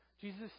Jesus